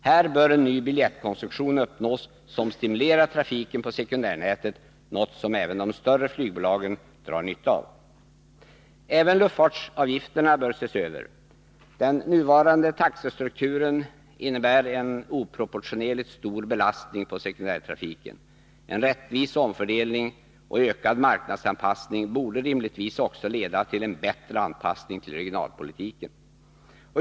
Här bör en ny biljettkonstruktion uppnås som stimulerar trafiken på sekundärnätet, något som även de större flygbolagen drar nytta av. Även luftfartsavgifterna bör ses över. Den nuvarande taxestrukturen innebär en oproportionerligt stor belastning på sekundärtrafiken. En rättvis omfördelning och ökad marknadsanpassning borde rimligtvis också leda till en bättre anpassning till regionalpolitiken.